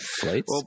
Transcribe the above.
Flights